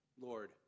Lord